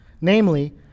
Namely